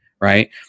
right